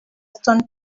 stone